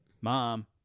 mom